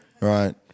right